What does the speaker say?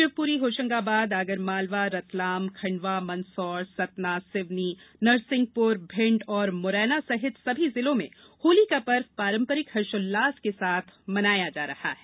शिवपुरी होशंगाबाद आगर मालवा रतलाम खंडवा मंदसौर सिवनी नरसिंहपुर भिण्ड और मुरैना सहित सभी जिलों में होली का पर्व पारंपरिक हर्षोल्लास के साथ मनाया जा रहा है